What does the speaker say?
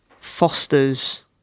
Foster's